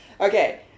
Okay